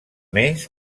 més